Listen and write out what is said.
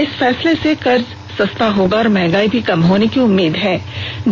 इस फेसले से कर्ज सस्ता होगा और महंगाई भी कम होने की उम्मीद बतायी गयी है